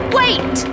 wait